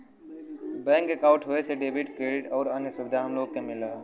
bank अंकाउट होये से डेबिट, क्रेडिट आउर अन्य सुविधा हम लोग के मिलला